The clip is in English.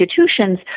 institutions